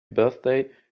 birthday